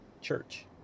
church